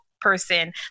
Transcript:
person